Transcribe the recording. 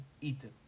eaten